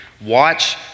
watch